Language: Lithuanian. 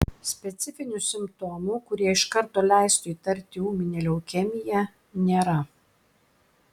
specifinių simptomų kurie iš karto leistų įtarti ūminę leukemiją nėra